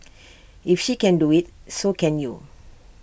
if she can do IT so can you